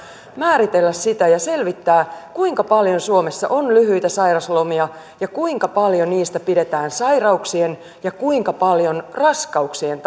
määritellä sitä ja selvittää kuinka paljon suomessa on lyhyitä sairauslomia ja kuinka paljon niitä pidetään sairauksien ja kuinka paljon raskauksien